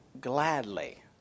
gladly